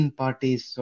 parties